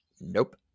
nope